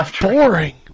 boring